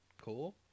Cool